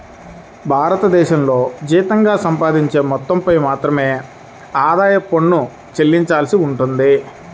భారతదేశంలో జీతంగా సంపాదించే మొత్తంపై మాత్రమే ఆదాయ పన్ను చెల్లించవలసి ఉంటుంది